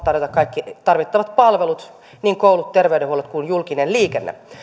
tarjota kaikki tarvittavat palvelut niin koulut terveydenhuollot kuin julkinen liikenne